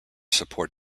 support